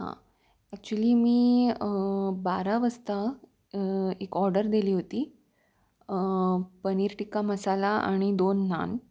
हां ॲक्च्युली मी बारा वाजता एक ऑर्डर दिली होती पनीर टिक्का मसाला आणि दोन नान